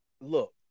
Look